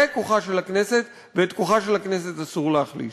זה כוחה של הכנסת, ואת כוחה של הכנסת אסור להחליש.